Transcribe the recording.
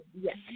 yes